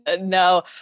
no